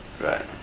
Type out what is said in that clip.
right